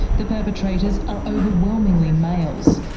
the perpetrators are overwhelmingly males,